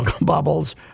bubbles